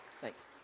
Thanks